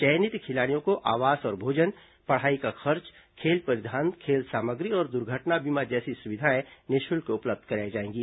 चयनित खिलाड़ियों को आवास और भोजन पढ़ाई का खर्च खेल परिधान खेल सामग्री और दुर्घटना बीमा जैसी सुविधाएं निःशुल्क उपलब्ध कराई जाएंगी